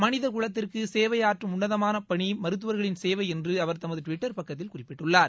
மனித குலத்திற்கு சேவையாற்றும் உன்னதமான பணி மருத்துவர்களின் சேவை என்று அவர் தமது டுவிட்டர் பக்கத்தில் குறிப்பிட்டுள்ளார்